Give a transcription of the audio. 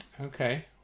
Okay